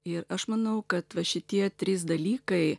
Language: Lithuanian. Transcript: ir aš manau kad va šitie trys dalykai